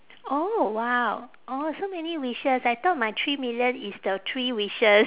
oh !wow! orh so many wishes I thought my three million is the three wishes